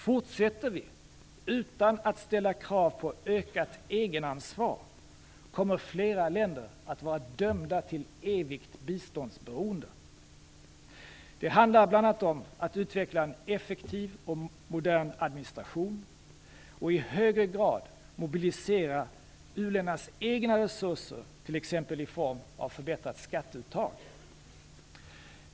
Fortsätter vi utan att ställa krav på ökat egenansvar kommer flera länder att vara dömda till evigt biståndsberoende. Det handlar bl.a. om att utveckla en effektiv och modern administration och i högre grad mobilisera u-ländernas egna resurser t.ex. i form av förbättrat skatteuttag.